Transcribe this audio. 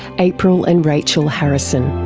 april and rachel harrison.